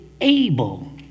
able